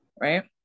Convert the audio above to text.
right